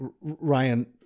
Ryan